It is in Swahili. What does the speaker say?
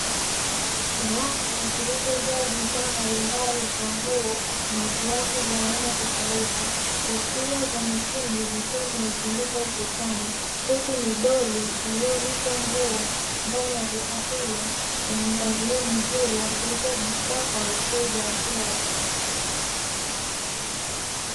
Rafu zilizojaa bidhaa mbalimbali za nguo na viatu vya aina tofauti, kofia za mitindo zikiwa zimetundikwa ukutani, huku midoli iliyovishwa nguo ndani ya duka hilo; lenye mpangilio mzuri wa kuuza bidhaa kwa wateja wa kila rika.